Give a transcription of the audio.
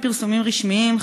לפי פרסומים רשמיים,